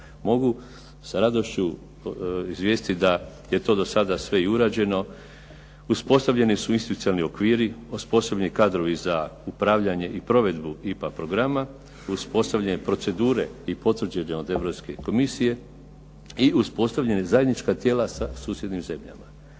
mogu s radošću izvijestiti da je to do sada sve i urađeno, uspostavljeni su institucionalni okviri, osposobljeni kadrovi za upravljanje i provedbu IPA programa, uspostavljanje procedure i potvrđeni od Europske komisije i uspostavljena zajednička tijela sa susjednim zemljama.